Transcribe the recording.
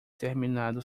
terminado